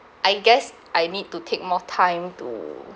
I guess I need to take more time to